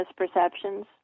misperceptions